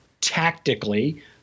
tactically